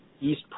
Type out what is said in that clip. EAST